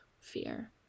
fear